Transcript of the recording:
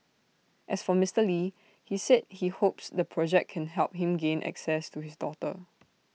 as for Mister lee he said he hopes the project can help him gain access to his daughter